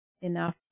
enough